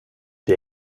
det